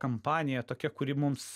kampanija tokia kuri mums